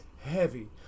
heavy